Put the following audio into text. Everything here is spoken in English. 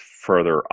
further